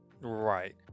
right